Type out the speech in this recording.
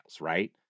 right